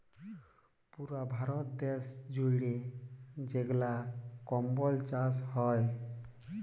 পুরা ভারত দ্যাশ জুইড়ে যেগলা কম্বজ চাষ হ্যয়